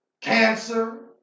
cancer